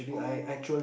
oh